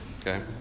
Okay